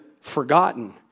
forgotten